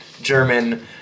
German